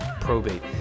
probate